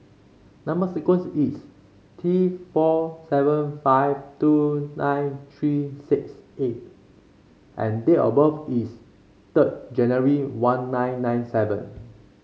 number sequence is T four seven five two nine three six A and date of birth is third January one nine nine seven